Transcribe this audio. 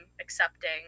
accepting